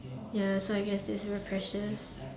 ya so I guess this is very precious